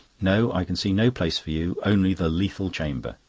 no, i can see no place for you only the lethal chamber.